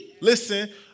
Listen